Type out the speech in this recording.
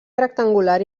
rectangular